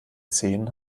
zehen